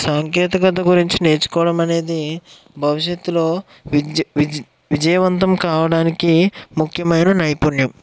సాంకేతికత గురించి నేర్చుకోవడమనేది భవిష్యత్తులో విజయవంతం కావడానికి ముఖ్యమైన నైపుణ్యం